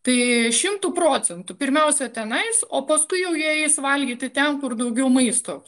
tai šimtu procentų pirmiausia tenais o paskui jau jie eis valgyti ten kur daugiau maisto